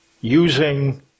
using